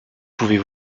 pouvez